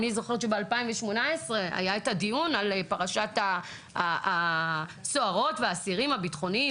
אני זוכרת שב-2018 היה את הדיון על פרשת הסוהרות והאסירים הביטחוניים.